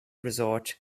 resort